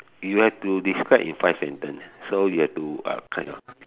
you have to describe in five sentence so you have to uh kind of